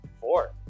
Four